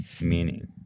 meaning